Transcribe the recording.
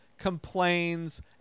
Complains